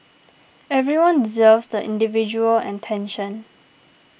everyone deserves the individual attention